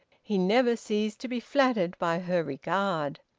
he never ceased to be flattered by her regard.